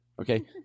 Okay